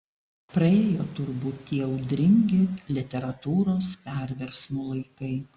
praėjo turbūt tie audringi literatūros perversmų laikai